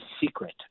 secret